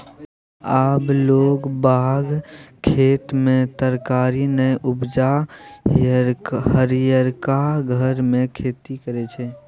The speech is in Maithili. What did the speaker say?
आब लोग बाग खेत मे तरकारी नै उपजा हरियरका घर मे खेती करय छै